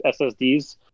SSDs